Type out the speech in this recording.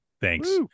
thanks